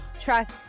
trust